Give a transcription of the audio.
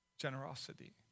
Generosity